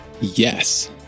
Yes